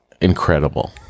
incredible